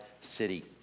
city